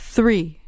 Three